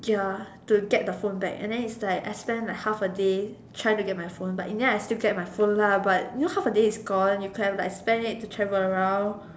ya to get the phone back and then is like I spent like half a day trying to get my phone back but in the end I still get my phone but you know half a day is gone you could have like spent it to travel around